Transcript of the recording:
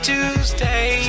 Tuesday